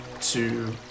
two